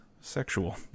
sexual